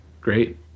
Great